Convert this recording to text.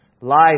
Life